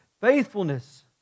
faithfulness